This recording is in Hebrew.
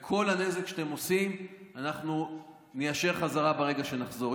את כל הנזק שאתם עושים אנחנו ניישר בחזרה ברגע שנחזור.